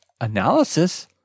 analysis